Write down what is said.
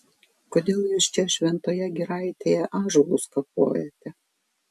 kodėl jūs čia šventoje giraitėje ąžuolus kapojate